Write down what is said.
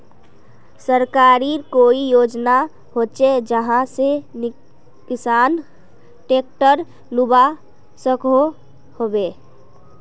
सरकारी कोई योजना होचे जहा से किसान ट्रैक्टर लुबा सकोहो होबे?